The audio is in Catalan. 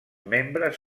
membres